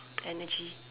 energy